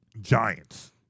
Giants